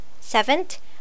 Seventh